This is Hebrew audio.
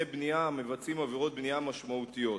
בנייה המבצעים עבירות בנייה משמעותיות,